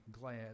glad